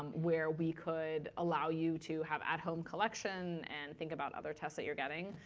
um where we could allow you to have at home collection and think about other tests that you're getting.